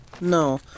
no